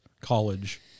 college